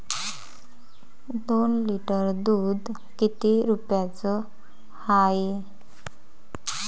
दोन लिटर दुध किती रुप्याचं हाये?